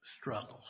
struggles